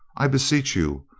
i beseech you,